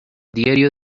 diario